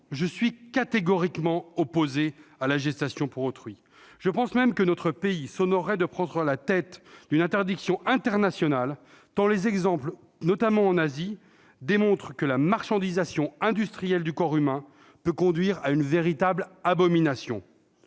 je suis catégoriquement opposé à la gestation pour autrui. Je pense même que notre pays s'honorerait de prendre la tête d'une interdiction internationale, tant les exemples, notamment en Asie, démontrent que la marchandisation industrielle du corps humain peut conduire à une véritable abomination.